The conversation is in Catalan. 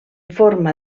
forma